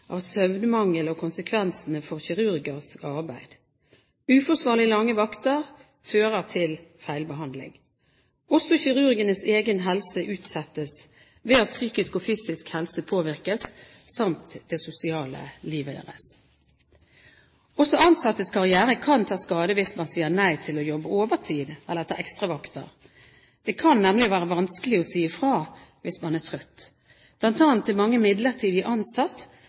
av søvnmangel og konsekvensene for kirurgers arbeid. Uforsvarlig lange vakter fører til feilbehandling. Også kirurgenes egen helse utsettes ved at psykisk og fysisk helse påvirkes, samt det sosiale livet. Også ansattes karriere kan ta skade hvis man sier nei til å jobbe overtid eller ta ekstravakter. Det kan nemlig være vanskelig å si fra hvis man er trøtt. Blant annet er mange midlertidig ansatt,